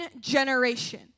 generation